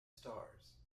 stars